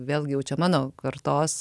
vėlgi jau čia mano kartos